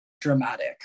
dramatic